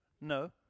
No